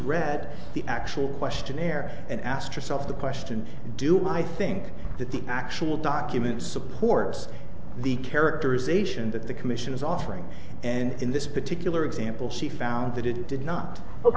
read the actual questionnaire and asked yourself the question do i think that the actual document supports the characterization that the commission is offering and in this particular example she found that it did not